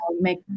make